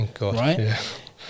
right